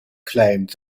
claimed